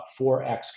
4x